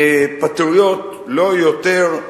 פטריוט לא יותר,